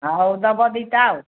ହଉ ଦେବ ଦୁଇଟା ଆଉ